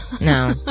No